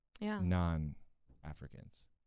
non-Africans